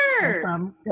Sure